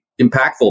impactful